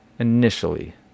initially